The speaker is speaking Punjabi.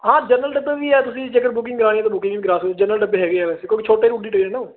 ਹਾਂ ਜਨਰਲ ਡੱਬੇ ਵੀ ਹੈ ਤੁਸੀਂ ਜੇਕਰ ਬੁਕਿੰਗ ਕਰਵਾਉਣੀ ਏ ਤਾਂ ਬੁਕਿੰਗ ਕਰਾ ਸਕਦੇ ਜਨਰਲ ਡੱਬੇ ਹੈਗੇ ਵੈਸੇ ਕਿਉਂਕਿ ਛੋਟੇ ਰੂਟ ਦੀ ਟ੍ਰੇਨ ਆ ਉਹ